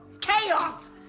chaos